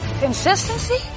Consistency